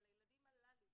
אבל הילדים הללו,